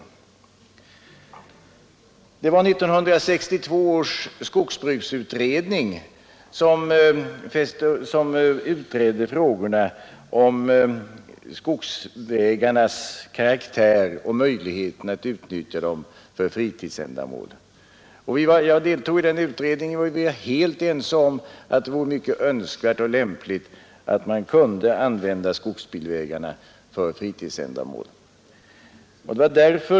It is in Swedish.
1962 års skogsbruksutredning behandlade frågorna om skogsvägarnas karaktär och möjligheten att utnyttja dem för fritidsändamål. Jag deltog i den utredningen, och vi var helt ense om att det vore mycket önskvärt och lämpligt att skogsbilvägarna kunde användas för fritidsändamål.